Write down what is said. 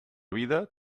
vida